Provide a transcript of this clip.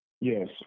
Yes